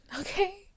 okay